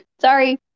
sorry